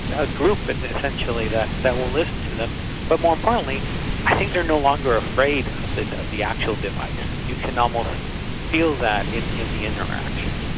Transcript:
a group, and essentially, that that will listen to them. but more importantly i think they're no longer afraid of the the actual device. you can almost feel that in in the interaction.